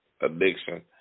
addiction